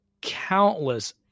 countless